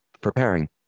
Preparing